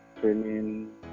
training